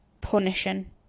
punishing